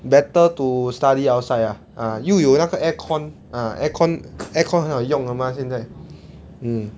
better to study outside ah 又有那个 air con ah air con air con 很好用了吗现在 mm